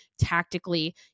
tactically